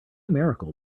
miracle